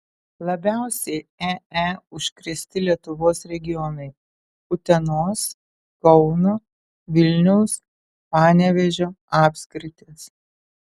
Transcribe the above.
labiausiai ee užkrėsti lietuvos regionai utenos kauno vilniaus panevėžio apskritys